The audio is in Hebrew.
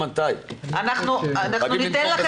ניתן לכם